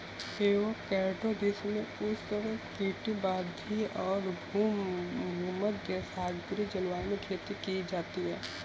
avocado विश्व में उष्णकटिबंधीय और भूमध्यसागरीय जलवायु में खेती की जाती है